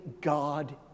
God